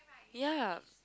ya